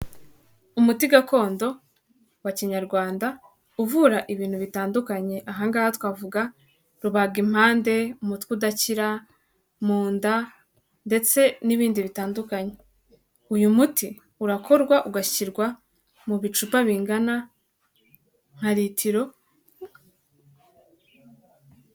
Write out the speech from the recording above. Umuti gakondo wa kinyarwanda, uvura ibintu bitandukanye aha ngaha twavuga rubagimpande, umutwe udakira, mu nda ndetse n'ibindi bitandukanye, uyu muti urakorwa ugashyirwa mu bicupa bingana nka litiro.